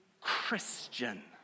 Christian